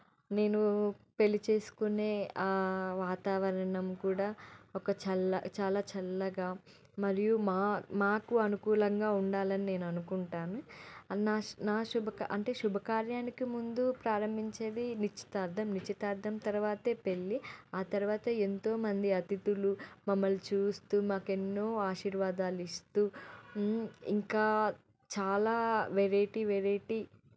నేను పెళ్ళి చేసుకునే ఆ వాతావరణం కూడా ఒక చల్ల చాలా చల్లగా మరియు మా మాకు అనుకూలంగా ఉండాలని నేను అనుకుంటాను నా నా శుభకా అంటే శుభకార్యానికి ముందు ప్రారంభించేది నిశ్చితార్థం నిశ్చితార్థం తర్వాతే పెళ్ళి ఆ తర్వాతే ఎంతోమంది అతిధులు మమ్మల్ని చూస్తూ మాకెన్నో ఆశీర్వాదాలు ఇస్తూ ఇంకా చాలా వెరైటీ వెరైటీ